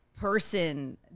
person